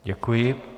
Děkuji.